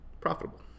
profitable